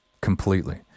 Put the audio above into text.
completely